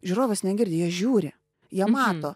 žiūrovas negirdi jie žiūri jie mato